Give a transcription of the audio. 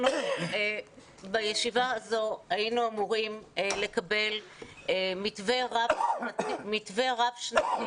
בישיבה הזאת היינו אמורים לדון במתווה רב שנתי